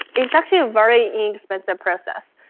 it's actually a very inexpensive process.